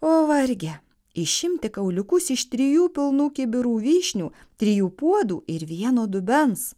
o varge išimti kauliukus iš trijų pilnų kibirų vyšnių trijų puodų ir vieno dubens